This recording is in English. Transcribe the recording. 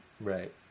Right